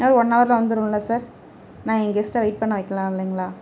இன்னும் ஒன் அவரில் வந்துடும்ல சார் நான் என் கெஸ்ட்டை வெயிட் பண்ண வைக்கலாம் இல்லைங்களா